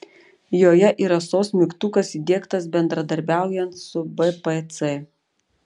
joje yra sos mygtukas įdiegtas bendradarbiaujant su bpc